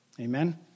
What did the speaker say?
Amen